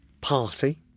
party